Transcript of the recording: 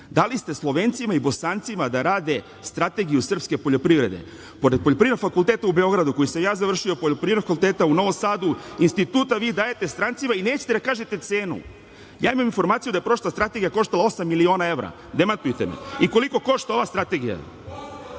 Dali ste Slovencima i Bosancima da rade strategiju srpske poljoprivrede pored Poljoprivrednog fakulteta u Beogradu, koji sam ja završio, Poljoprivrednog fakulteta u Novom Sadu, instituta, vi dajete strancima i nećete da kažete cenu. Ja imam informaciju da je prošla strategija koštala osam miliona evra. Demantujte me. I koliko košta ova strategija? Vaša